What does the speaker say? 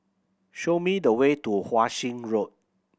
show me the way to Wan Shih Road